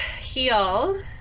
Heal